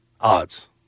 odds